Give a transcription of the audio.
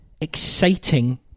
exciting